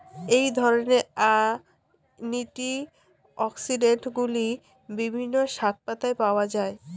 এই ধরনের অ্যান্টিঅক্সিড্যান্টগুলি বিভিন্ন শাকপাতায় পাওয়া য়ায়